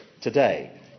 today